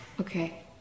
okay